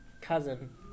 Cousin